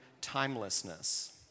timelessness